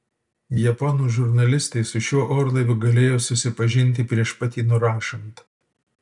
japonų žurnalistai su šiuo orlaiviu galėjo susipažinti prieš pat jį nurašant